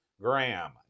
Graham